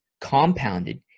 compounded